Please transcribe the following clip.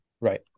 right